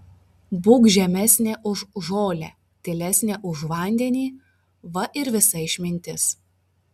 būk žemesnė už žolę tylesnė už vandenį va ir visa išmintis